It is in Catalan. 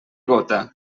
gota